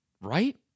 Right